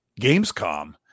gamescom